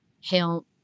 hail